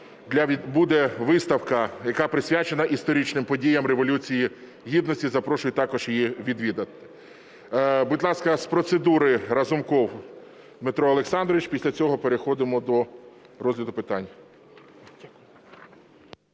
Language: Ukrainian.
буде виставка, яка присвячена подіям Революції Гідності. Запрошую також її відвідати. Будь ласка, з процедури Разумков Дмитро Олександрович, після цього переходимо до розгляду питань.